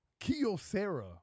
Kyocera